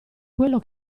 quello